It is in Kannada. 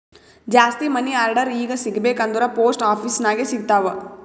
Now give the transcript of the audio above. ಜಾಸ್ತಿ ಮನಿ ಆರ್ಡರ್ ಈಗ ಸಿಗಬೇಕ ಅಂದುರ್ ಪೋಸ್ಟ್ ಆಫೀಸ್ ನಾಗೆ ಸಿಗ್ತಾವ್